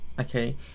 okay